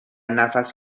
نفس